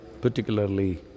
particularly